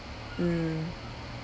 mm